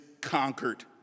conquered